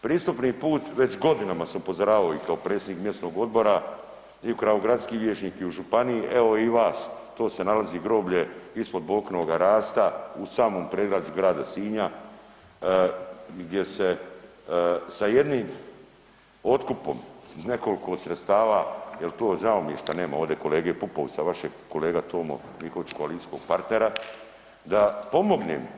Pristupni put već godinama sam upozoravao i kao predsjednik mjesnog odbora i kao gradski vijećnik i u županiji i evo i vas to se nalazi groblje ispod Bokinoga rasta u samom predgrađu grada Sinja gdje se sa jednim otkupom, nekoliko sredstava jel to žao mi je šta nema ovdje kolege Pupovca, vašeg kolega Tomo Mihotić koalicijskog partnera da pomognem.